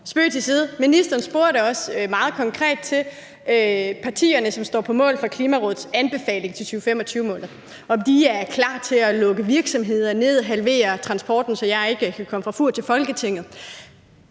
Ministeren spurgte også meget konkret partierne, som står på mål for Klimarådets anbefaling til 2025-målet, om de er klar til at lukke virksomheder ned og halvere transporten, så jeg ikke kan komme fra Fur til Folketinget.